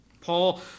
Paul